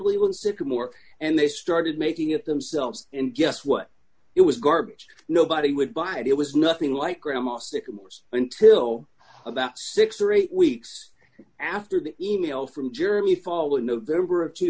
when sycamore and they started making it themselves and guess what it was garbage nobody would buy it it was nothing like grandma sycamores until about six or eight weeks after the email from jeremy fall in november of two